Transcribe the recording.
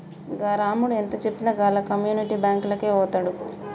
గా రామడు ఎంతజెప్పినా ఆళ్ల కమ్యునిటీ బాంకులకే వోతడు